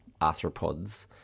arthropods